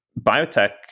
biotech